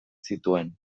zituen